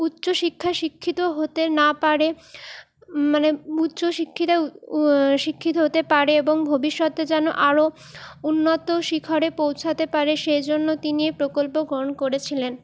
উচ্চশিক্ষায় শিক্ষিত হতে না পারে মানে উচ্চশিক্ষিতায় শিক্ষিত হতে পারে এবং ভবিষ্যতে যেন আরো উন্নত শিখরে পৌঁছাতে পারে সেজন্য তিনি এই প্রকল্প গ্রহণ করেছিলেন